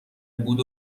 بود